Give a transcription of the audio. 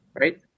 right